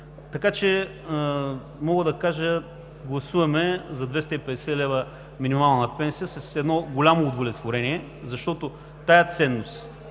Така че мога да кажа: гласуваме за 250 лв. минимална пенсия с едно голямо удовлетворение, защото тази ценност